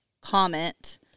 comment